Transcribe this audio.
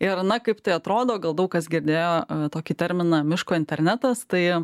ir na kaip tai atrodo gal daug kas girdėjo tokį terminą miško internetas tai